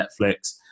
Netflix